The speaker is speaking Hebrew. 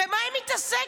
במה היא מתעסקת?